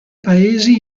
paesi